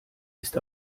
ist